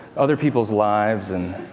other people's lives. and